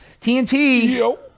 tnt